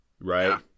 right